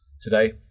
today